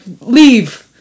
Leave